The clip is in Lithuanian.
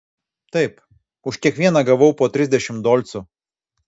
taip už kiekvieną gavau po trisdešimt dolcų